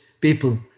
people